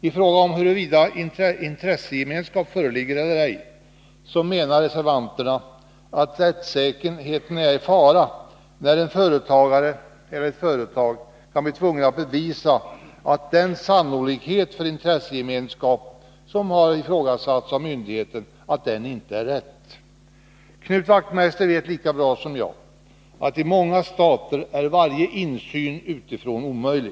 I fråga om huruvida intressegemenskap föreligger eller ej menar reservanterna att rättssäkerheten är i fara när en företagare eller ett företag kan tvingas bevisa att den sannolikhet för intressegemenskap som har ifrågasatts av myndigheten inte föreligger. Knut Wachtmeister vet lika bra som jag att i många stater varje insyn utifrån är omöjlig.